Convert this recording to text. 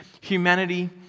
humanity